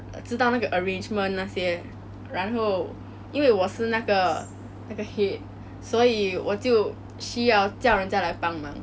知道那个 arrangement 那些然后因为我是那个那个 head 所以我就需要叫人家来帮忙